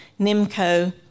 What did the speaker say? Nimco